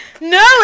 no